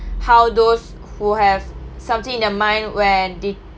how those who have something in their mind when they